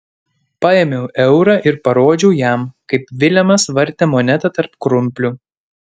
paėmiau eurą ir parodžiau jam kaip vilemas vartė monetą tarp krumplių